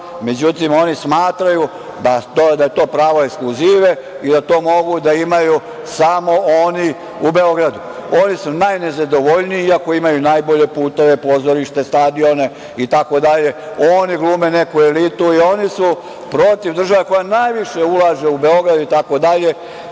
međutim, oni smatraju da je to pravo ekskluzive i da to mogu da imaju samo oni u Beogradu. Oni su najnezadovoljniji, iako imaju najbolje puteve, pozorišta, stadione itd, oni glume neku elitu, jer oni su protiv države, koja najviše ulaže u Beograd. Mi